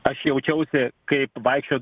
aš jaučiausi kaip vaikščiot